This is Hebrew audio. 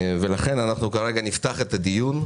לכן אנחנו נפתח את הדיון,